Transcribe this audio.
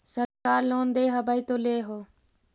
सरकार लोन दे हबै तो ले हो?